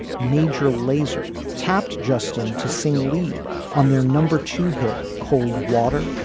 major lazer tapped justin to sing lead on their number two hit cold water.